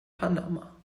panama